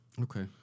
Okay